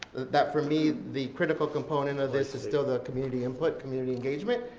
that for me the critical component of this is still the community input, community engagement,